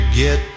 get